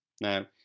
Now